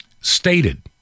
stated